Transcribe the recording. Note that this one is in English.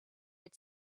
had